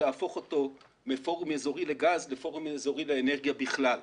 להפוך אותו מפורום אזורי לגז לפורום אזורי לאנרגיה בכלל.